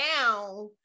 now